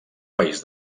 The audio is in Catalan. país